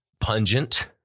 Pungent